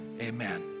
Amen